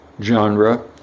genre